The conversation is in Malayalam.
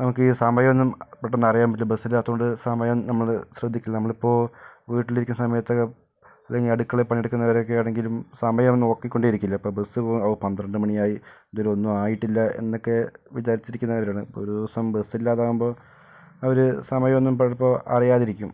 നമുക്ക് ഈ സമയമൊന്നും പെട്ടെന്ന് അറിയാൻ പറ്റില്ല ബസ് ഇല്ലാത്തതുകൊണ്ട് സമയം നമ്മള് ശ്രദ്ധിക്കില്ല നമ്മളിപ്പോൾ വീട്ടിലിരിക്കുന്ന സമയത്തൊക്കെ അല്ലെങ്കിൽ അടുക്കള പണിയെടുക്കുന്നവരൊക്കെ ആണെങ്കിലും സമയം നോക്കിക്കൊണ്ടിരിക്കില്ല ഇപ്പോ ബസ് പോകുമ്പോ പന്ത്രണ്ട് മണിയായി ഇതുവരെ ഒന്നും ആയിട്ടില്ല എന്നൊക്കെ വിചാരിച്ചിരിക്കുന്നവരാണ് ഒരു ദിവസം ബസ് ഇല്ലാതാകുമ്പോ അവര് സമയമൊന്നും ചിലപ്പോൾ അറിയാതിരിക്കും